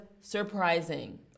surprising